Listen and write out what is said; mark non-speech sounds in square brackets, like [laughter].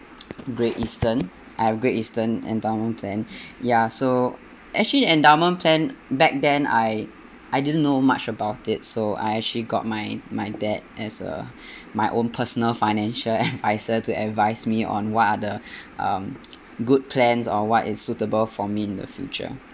Great Eastern I've Great Eastern endowment plan [breath] ya so actually endowment plan back then I I didn't know much about it so I actually got my my dad as uh my own personal financial adviser to advise me on what are the um good plans or what is suitable for me in the future